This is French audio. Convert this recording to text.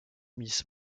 miss